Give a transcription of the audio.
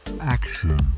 Action